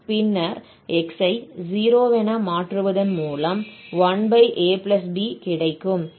பின்னர் x ஐ 0 என மாற்றுவதன் மூலம் 1ab கிடைக்கும்